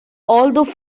although